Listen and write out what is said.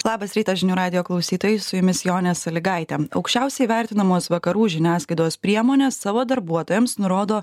labas rytas žinių radijo klausytojai su jumis jonė salygaitė aukščiausiai įvertinamos vakarų žiniasklaidos priemonės savo darbuotojams nurodo